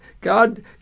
God